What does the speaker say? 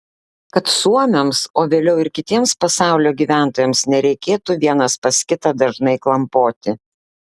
kad suomiams o vėliau ir kitiems pasaulio gyventojams nereikėtų vienas pas kitą dažnai klampoti